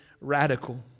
radical